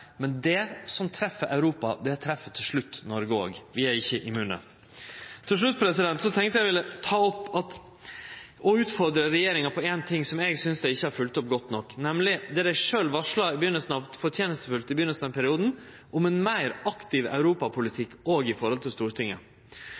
men det som treffer Europa, treffer til slutt òg Noreg. Vi er ikkje immune. Til slutt vil eg utfordre regjeringa på ein ting eg ikkje synest dei har følgt opp godt nok, nemleg det dei sjølve fortenestefullt varsla i starten av perioden, om ein meir aktiv